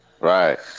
Right